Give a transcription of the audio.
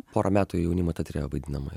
porą metų jaunimo teatre vaidinama